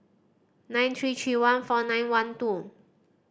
nine three three one four nine one two